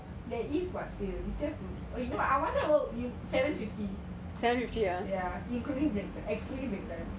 there is what still you still have to like I wanted to work un~ seven fifty ya including break excluding break time